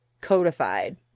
codified